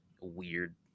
weird